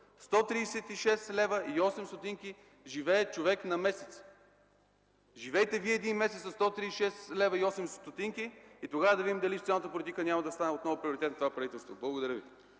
136 лева и 8 стотинки живее човек на месец! Живейте Вие един месец със 136 лева и 8 стотинки и тогава да видим дали социалната политика няма да стане отново приоритет на това правителство. Благодаря.